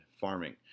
farming